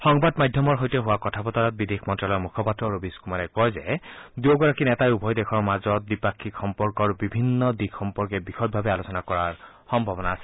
সংবাদ মাধ্যমৰ সৈতে হোৱা কথা বতৰাত বিদেশ মন্ত্যালয়ৰ মুখপাত্ৰ ৰবীশ কুমাৰে কয় যে দুয়োগৰাকী নেতাই উভয় দেশৰ মাজত দ্বিপাক্ষিক সম্পৰ্কৰ বিভিন্ন দিশ সম্পৰ্কে বিশদভাৱে আলোচনা কৰাৰ সম্ভাৱনা আছে